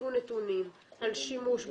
יציגו נתונים על שימוש בסל,